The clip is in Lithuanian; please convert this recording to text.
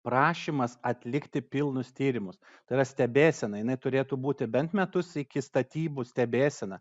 prašymas atlikti pilnus tyrimus tai yra stebėsena jinai turėtų būti bent metus iki statybų stebėsena